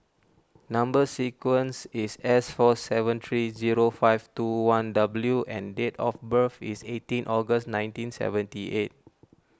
Number Sequence is S four seven three zero five two one W and date of birth is eighteen August nineteen seventy eight